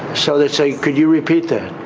show. they say, could you repeat the